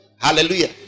Hallelujah